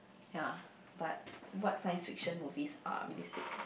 ya but what science fiction movies are realistic